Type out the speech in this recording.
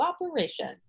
cooperation